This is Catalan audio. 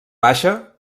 baixa